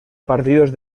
partidos